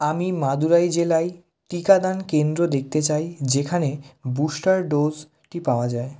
আমি মাদুরাই জেলায় টিকাদান কেন্দ্র দেখতে চাই যেখানে বুস্টার ডোজটি পাওয়া যায়